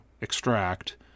extract